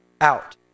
out